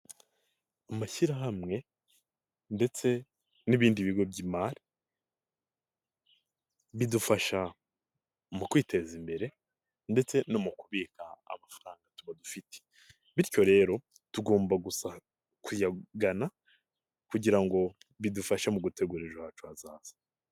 Amashyirahamwe ndetse n'ibindi bigo by'imari bidufasha mu kwiteza imbere ndetse no mu kubika amafaranga tuba dufite, bityo rero tugomba kuyagana kugira ngo bidufashe mu gutegura ejo hacu hazaza.